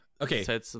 Okay